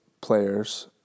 players